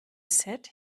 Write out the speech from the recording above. sat